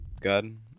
good